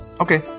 Okay